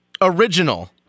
original